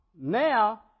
now